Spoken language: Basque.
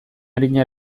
arina